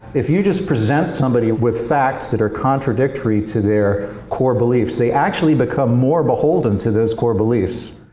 if you just present somebody with facts that are contradictory to their core beliefs they actually become more beholden to those core beliefs.